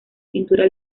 pintura